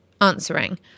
answering